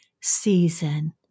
season